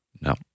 No